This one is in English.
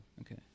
Okay